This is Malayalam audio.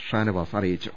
ഷാനവാസ് അറിയിച്ചു